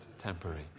temporary